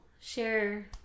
share